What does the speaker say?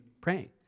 praying